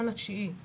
ה-1 בספטמבר, השנה.